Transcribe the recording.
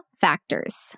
factors